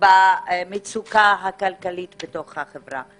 במצוקה הכלכלית בתוך החברה.